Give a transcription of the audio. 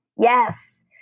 Yes